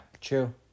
true